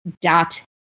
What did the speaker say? dot